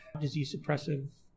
disease-suppressive